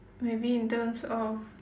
maybe in terms of